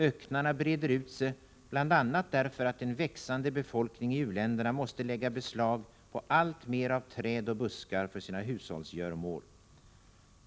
Öknarna breder ut sig, bl.a. därför att en växande befolkning i u-länderna måste lägga beslag på alltmer av träd och buskar för sina hushållsgöromål.